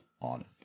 on